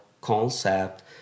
concept